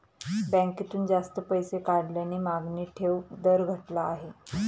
बँकेतून जास्त पैसे काढल्याने मागणी ठेव दर घटला आहे